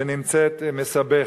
ונמצאת מסבכת.